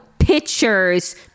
pictures